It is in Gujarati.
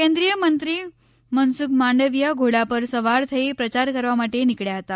કેન્દ્રીયમંત્રી મનસુખ માંડવિયા ઘોડા પર સવાર થઈ પ્રચાર કરવા માટે નીકળ્યા હતા